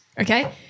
okay